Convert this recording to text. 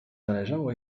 zależało